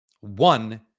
One